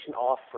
off